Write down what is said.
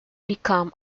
become